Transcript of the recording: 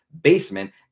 basement